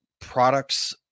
products